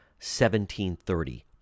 1730